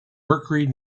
mercury